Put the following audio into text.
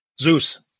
zeus